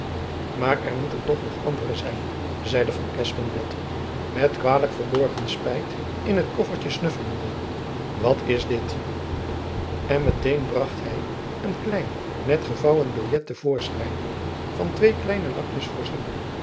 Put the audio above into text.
maar er moeten er toch nog andere zijn zeide van espenblad met kwalijk verborgen spijt in het koffertjen snuffelende wat is dit en met-een bracht ky een klein net gevouwen biljet te voorschijn van twee kleine lakjens voorzien